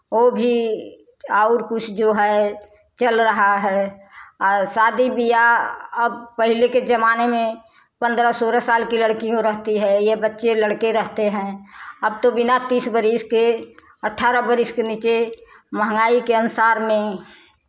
ओ भी और कुछ जो है चल रहा है आ शादी बियाह अब पहले के ज़माने में पंद्रह सोलह साल की लड़कियाँ रहती है ये बच्चे लड़के रहते हैं अब तो बिना तीस बरिस के अठारह बरिस के नीचे महंगाई के अनुसार में